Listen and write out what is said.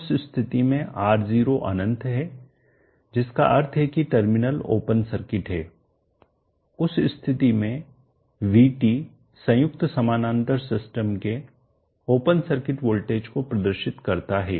उस स्थिति में R0 अनंत है जिसका अर्थ है कि टर्मिनल ओपन सर्किट है उस स्थिति में VT संयुक्त समानांतर सिस्टम के ओपन सर्किट वोल्टेज को प्रदर्शित करता है